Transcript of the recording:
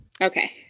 Okay